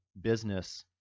business